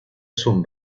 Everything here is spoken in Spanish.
son